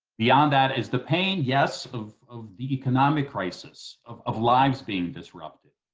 beyond that is the pain, yes, of of the economic crisis, of of lives being disrupted.